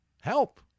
help